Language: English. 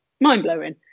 mind-blowing